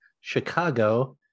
Chicago